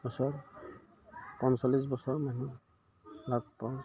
বছৰ পঞ্চল্লিছ বছৰ মানুহ লগ পাওঁ